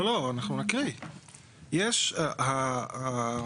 זו ההבהרה.